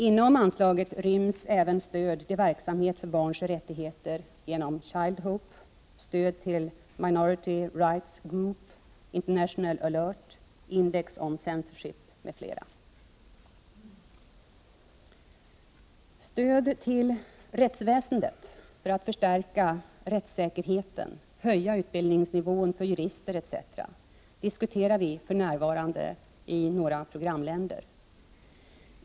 Inom anslaget ryms även stöd till verksamhet för barns rättigheter genom Childhope, stöd till Minority Rights Group, International Alert, Index on Censorship m.fl. Stöd till rättsväsendet för att förstärka rättssäkerheten, höja utbildningsnivån för jurister etc. diskuterar vi för närvarande i några programländer.